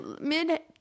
mid